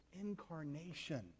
incarnation